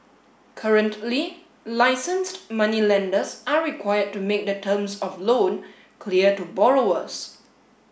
currently licenced moneylenders are required to make the terms of loan clear to borrowers